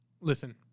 listen